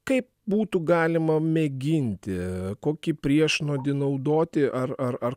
kaip būtų galima mėginti kokį priešnuodį naudoti ar ar ar